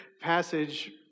passage